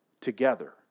together